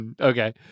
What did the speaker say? okay